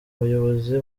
bayobozi